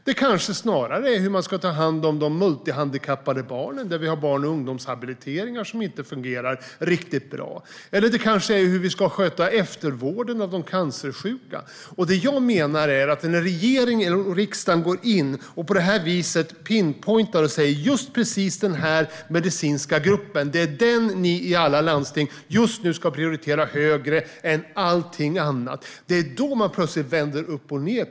Det kanske snarare är hur man ska ta hand om de multihandikappade barnen och barn och ungdomshabilitering, eller det är kanske hur man ska sköta eftervården av de cancersjuka. När regeringen och riksdagen går in och på det viset "pinpointar" att alla landsting ska prioritera just precis denna medicinska grupp högre än allt annat vänds plötsligt prioriteringsordningen upp och ned.